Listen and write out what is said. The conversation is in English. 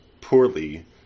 poorly